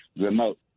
remote